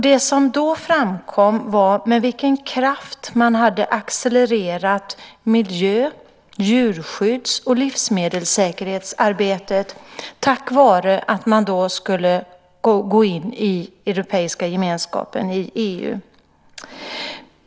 Det som då framkom var med vilken kraft man hade accelererat miljö-, djurskydds och livsmedelssäkerhetsarbetet tack vare att man skulle gå in i den europeiska gemenskapen, i EU.